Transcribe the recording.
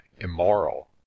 immoral